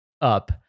up